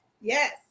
yes